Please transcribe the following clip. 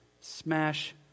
Smash